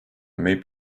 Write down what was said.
may